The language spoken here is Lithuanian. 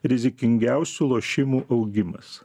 rizikingiausių lošimų augimas